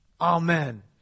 Amen